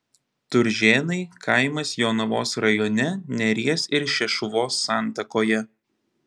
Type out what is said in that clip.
turžėnai kaimas jonavos rajone neries ir šešuvos santakoje